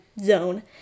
zone